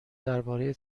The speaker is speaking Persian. درباره